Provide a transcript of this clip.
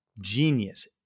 Genius